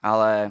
Ale